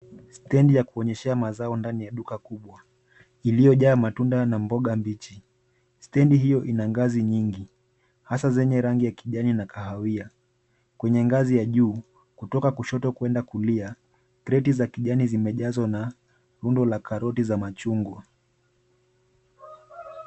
Stendi ya kuonyeshea mazao ndani ya duka kubwa iliyojaa matunda na mboga mbichi. Stendi hiyo ina ngazi nyingi hasa zenye rangi ya kijani na kahawia. Kwenye ngazi ya juu, kutoka kushoto kwenda kulia, kreti za kijani zimejaza na rundo la karoti za machungwa.